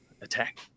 attack